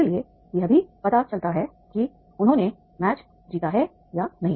इसलिए यह भी पता चलता है कि उन्होंने मैच जीता है या नहीं